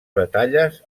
batalles